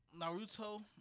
Naruto